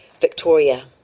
Victoria